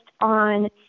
on